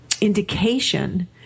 indication